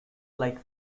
like